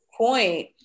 point